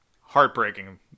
Heartbreaking